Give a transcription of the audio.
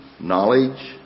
knowledge